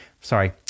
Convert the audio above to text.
sorry